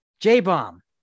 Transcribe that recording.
J-Bomb